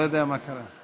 אני לא יודע מה קרה.